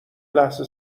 لحظه